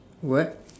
what